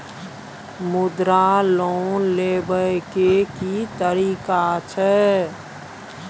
मुद्रा लोन लेबै के की तरीका छै?